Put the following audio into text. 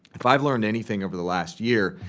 if i've learned anything over the last year,